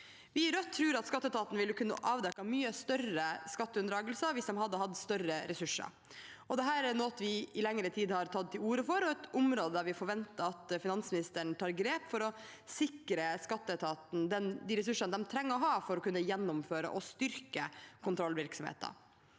Vi i Rødt tror at skatteetaten ville kunne avdekket mye større skatteunndragelser hvis de hadde hatt større ressurser. Dette er noe vi i lengre tid har tatt til orde for, og et område der vi forventer at finansministeren tar grep, for å sikre skatteetaten de ressursene de trenger å ha for å kunne gjennomføre og styrke kontrollvirksomheten.